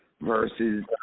versus